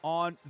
on